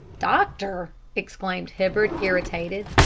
doctor! exclaimed hibbard, irritated.